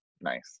nice